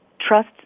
trust